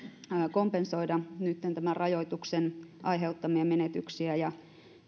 kompensoida tämän rajoituksen aiheuttamia menetyksiä ja